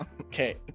Okay